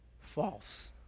False